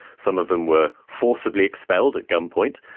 some of them were forcibly expelled at gunpoint.